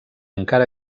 encara